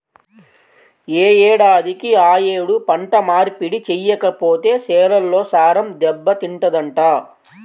యే ఏడాదికి ఆ యేడు పంట మార్పిడి చెయ్యకపోతే చేలల్లో సారం దెబ్బతింటదంట